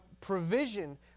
provision